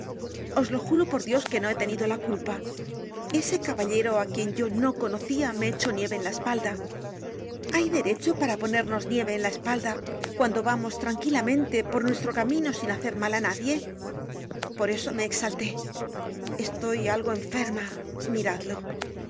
os lo juro por dios que no he tenido la culpa ese caballero a quien yo no conocia me echó nieve en la espalda hay derecho para ponernos nieve en la espalda cuando vamos tranquilamente por nuestro camino sin hacer mal á nadie por eso me exalté estoy algo enferma miradlo